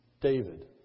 David